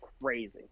crazy